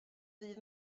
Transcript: ddydd